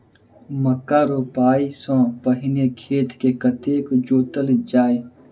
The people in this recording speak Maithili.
मक्का रोपाइ सँ पहिने खेत केँ कतेक जोतल जाए?